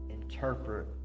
interpret